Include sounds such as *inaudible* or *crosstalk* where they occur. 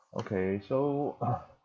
okay so *noise*